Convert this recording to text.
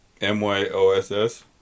M-Y-O-S-S